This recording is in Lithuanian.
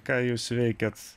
ką jūs veikiat